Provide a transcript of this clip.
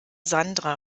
sandra